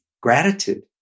gratitude